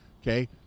Okay